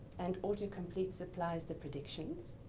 and autocomplete supplies the predictions.